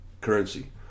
currency